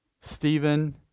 Stephen